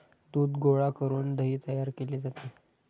दूध गोळा करून दही तयार केले जाते